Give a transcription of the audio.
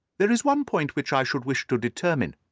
there is one point which i should wish to determine.